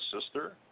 sister